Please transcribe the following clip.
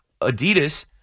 Adidas